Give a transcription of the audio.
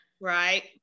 Right